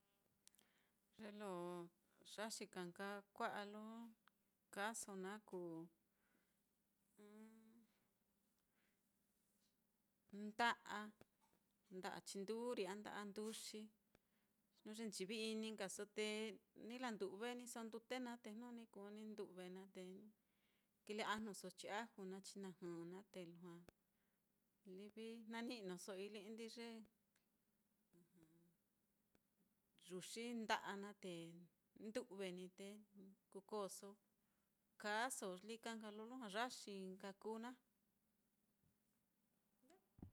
Ye lo yaxi ka nka kua'a lo kaaso naá kuu nda'a, nda'a chinduri a nda'a nduxi, jnu ye nchivi-ini nkaso te ni landu've ní so ndute naá, te jnu ni kuu ni ndu've naá, te ni kile ajnuso chi aju naá, chinajɨ naá te lujua jnani'noso ilindi ye yuxi nda'a naá, ndu've ní te kukoso kaaso, lí ka nka lo lujua yaxi nka kuu naá.